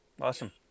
Awesome